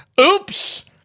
Oops